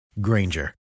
Granger